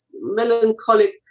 melancholic